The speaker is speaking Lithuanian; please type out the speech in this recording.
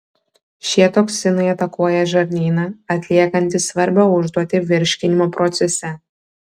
šie toksinai atakuoja žarnyną atliekantį svarbią užduotį virškinimo procese